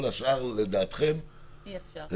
כל השאר לדעתכם --- אי-אפשר.